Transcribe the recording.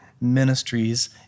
ministries